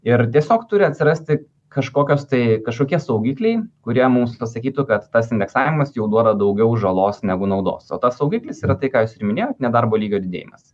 ir tiesiog turi atsirasti kažkokios tai kažkokie saugikliai kurie mums pasakytų kad tas indeksavimas jau duoda daugiau žalos negu naudos o tas saugiklis yra tai ką jūs ir minėjot nedarbo lygio didėjimas